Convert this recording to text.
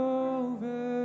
over